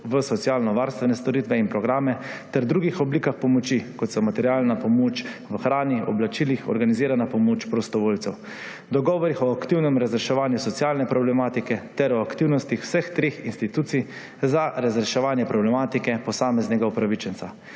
v socialnovarstvene storitve in programe ter drugih oblikah pomoči, kot so materialna pomoč v hrani, oblačilih, organizirana pomoč prostovoljcev, dogovorih o aktivnem razreševanju socialne problematike ter o aktivnostih vseh treh institucij za razreševanje problematike posameznega upravičenca.